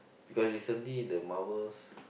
because recently the Marvels